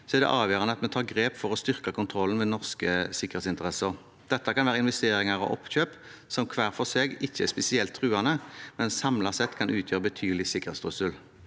er det avgjørende at vi tar grep for å styrke kontrollen med norske sikkerhetsinteresser. Dette kan være investeringer og oppkjøp som hver for seg ikke er spesielt truende, men samlet sett kan det utgjøre en betydelig sikkerhetstrussel.